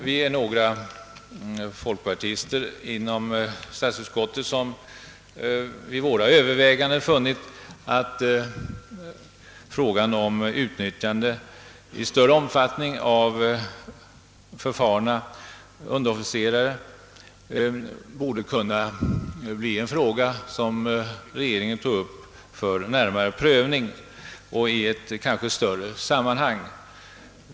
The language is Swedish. Vi är några folkpartister inom statsutskottet som vid våra överväganden funnit att frågan om utnyttjandet i större omfattning av förfarna underofficerare borde kunna tas upp av regeringen för närmare prövning i ett större sammanhang.